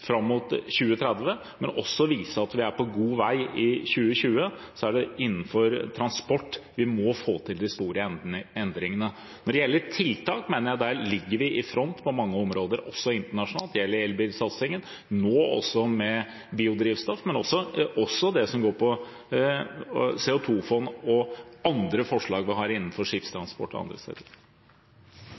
fram mot 2030, men også vise at vi er på god vei i 2020, er det innenfor transport vi må få til de store endringene. Når det gjelder tiltak, mener jeg at der ligger vi i front på mange områder, også internasjonalt – det gjelder elbilsatsingen og nå også biodrivstoff, men også det som går på CO 2 -fond og andre forslag vi har innenfor skipstransport og andre steder.